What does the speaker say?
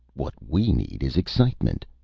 what we need is excitement.